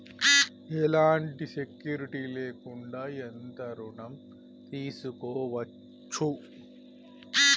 ఎలాంటి సెక్యూరిటీ లేకుండా ఎంత ఋణం తీసుకోవచ్చు?